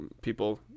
people